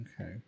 Okay